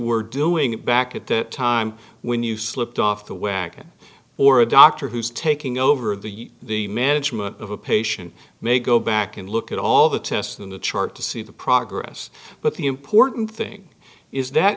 were doing it back at the time when you slipped off the where aca or a doctor who's taking over of the the management of a patient may go back and look at all the tests in the chart to see the progress but the important thing is that